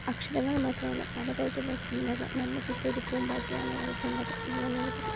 അക്ഷരങ്ങൾ മാത്രമല്ല പലതരത്തിലുള്ള ചിന്തകൾ നമുക്ക് ഇപ്പം പൂമ്പാറ്റയെ ആണ് വരയ്ക്കേണ്ടത് ഇങ്ങന